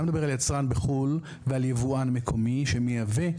אתה מדבר על יצרן בחו"ל ועל יבואן מקומי שמייבא.